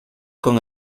con